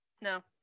No